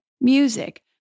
music